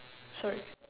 sorry